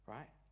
Right